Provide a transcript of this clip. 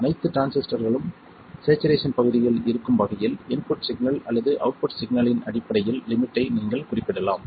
அனைத்து டிரான்சிஸ்டர்களும் ஸேச்சுரேஷன் பகுதியில் இருக்கும் வகையில் இன்புட் சிக்னல் அல்லது அவுட்புட் சிக்னலின் அடிப்படையில் லிமிட்டை நீங்கள் குறிப்பிடலாம்